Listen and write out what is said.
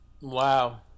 Wow